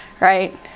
right